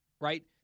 right